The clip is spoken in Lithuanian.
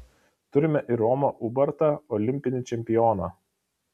turime ir romą ubartą olimpinį čempioną